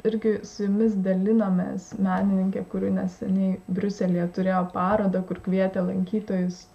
irgi su jumis dalinomės menininke kuri neseniai briuselyje turėjo parodą kur kvietė lankytojus